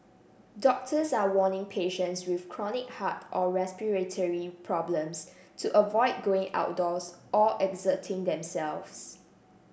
doctors are warning patients with chronic heart or respiratory problems to avoid going outdoors or exerting themselves